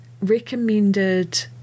recommended